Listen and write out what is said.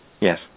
Yes